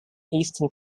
eastern